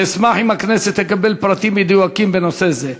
ואשמח אם הכנסת תקבל פרטים מדויקים בנושא זה.